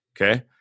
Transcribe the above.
okay